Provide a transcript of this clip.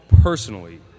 personally